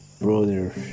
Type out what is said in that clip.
brother